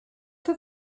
für